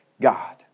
God